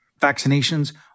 vaccinations